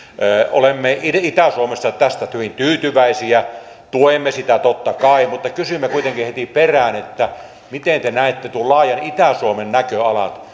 olemme itä itä suomessa tästä hyvin tyytyväisiä tuemme sitä totta kai mutta kysymme kuitenkin heti perään miten te näette tuon laajan itä suomen näköalan